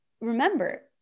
Remember